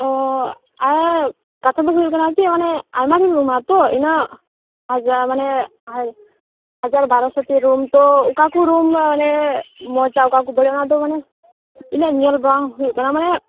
ᱚᱸᱻ ᱠᱟᱛᱷᱟ ᱫᱚ ᱦᱩᱭᱩᱜ ᱠᱟᱱᱟ ᱠᱤ ᱚᱱᱮ ᱟᱭᱢᱟ ᱰᱷᱮᱨ ᱨᱩᱢᱟᱛᱚ ᱤᱱᱟᱹᱜ ᱦᱟᱡᱟᱨ ᱢᱟᱱᱮ ᱦᱟᱡᱟᱨ ᱵᱟᱨᱳᱥᱚ ᱨᱩᱢ ᱛᱚ ᱚᱠᱟ ᱠᱚ ᱨᱩᱢ ᱢᱟᱱᱮ ᱢᱚᱡᱟ ᱚᱠᱟ ᱠᱚ ᱵᱟᱹᱲᱤᱡ ᱚᱱᱟ ᱫᱚ ᱢᱟᱱᱮ ᱤᱱᱟ ᱜ ᱧᱮᱞ ᱵᱟᱝ ᱦᱩᱭᱩᱜ ᱠᱟᱱᱟ